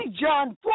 John